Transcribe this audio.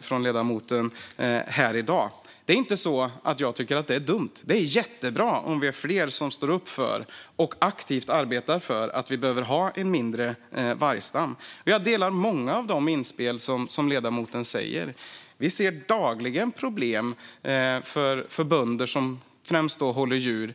från ledamoten här i dag. Det är inte så att jag tycker att det är dumt, utan det är jättebra om vi blir fler som står upp för och aktivt arbetar för att få en mindre vargstam. Jag håller med om många av inspelen från ledamoten. Vi ser dagligen problem främst för bönder som håller djur.